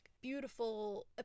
beautiful